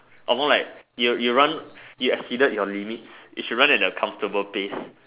or like you run you exceeded your limit if you run at a comfortable pace